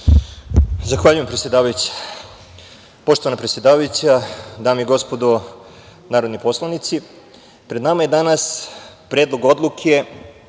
Zahvaljujem, predsedavajuća. Poštovana predsedavajuća, dame i gospodo narodni poslanici, pred nama je danas Predlog odluke